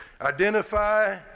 identify